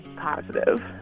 positive